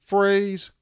Phrase